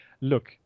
look